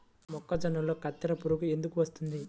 మొక్కజొన్నలో కత్తెర పురుగు ఎందుకు వస్తుంది?